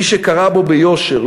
מי שקרא בו ביושר,